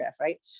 right